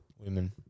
Women